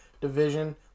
division